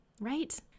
Right